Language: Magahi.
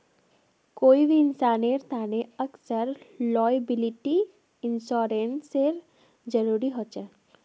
कोई भी इंसानेर तने अक्सर लॉयबिलटी इंश्योरेंसेर जरूरी ह छेक